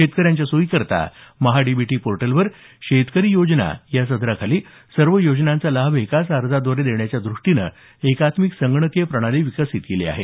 शेतकऱ्यांच्या सोयीकरता महा डीबीटी पोर्टलवर शेतकरी योजना या सदराखाली सर्व योजनांचा लाभ एकाच अर्जाद्वारे देण्याच्या द्रष्टीने एकात्मिक संगणकीय प्रणाली विकसित केली आहे